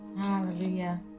hallelujah